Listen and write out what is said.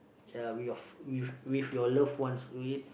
ya with your with with your love ones to eat